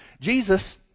Jesus